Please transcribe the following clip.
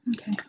Okay